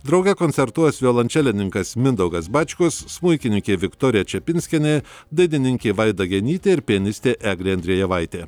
drauge koncertuos violončelininkas mindaugas bačkus smuikininkė viktorija čepinskienė dainininkė vaida genytė ir pianistė eglė andrejevaitė